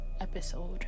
episode